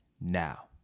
now